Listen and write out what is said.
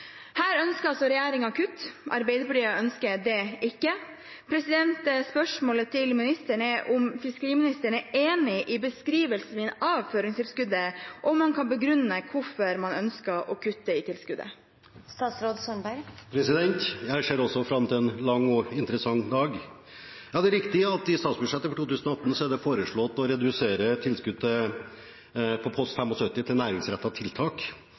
Her ønsker regjeringen kutt. Arbeiderpartiet ønsker ikke det. Mitt spørsmål er om fiskeriministeren er enig i min beskrivelse av føringstilskuddet, og om han kan begrunne hvorfor man ønsker å kutte i tilskuddet. Jeg ser også fram til en lang og interessant dag. Det er riktig at det i statsbudsjettet for 2018 er foreslått å redusere tilskuddet på post 75 til næringsrettede tiltak